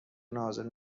نازل